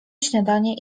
śniadanie